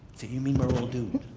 do you mean we're all doomed?